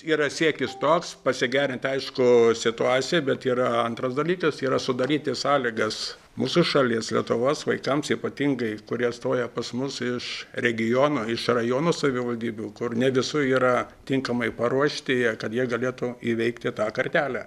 yra siekis toks pasigerint aišku situaciją bet yra antras dalykas yra sudaryti sąlygas mūsų šalies lietuvos vaikams ypatingai kurie stoja pas mus iš regiono iš rajonų savivaldybių kur ne visur yra tinkamai paruošti jie kad jie galėtų įveikti tą kartelę